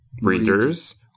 breeders